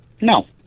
No